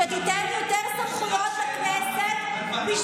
שתיתן יותר סמכויות לכנסת, לא, אני יש לי רק שאלה.